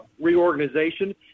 reorganization